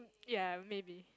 ya maybe